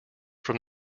from